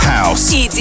House